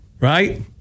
right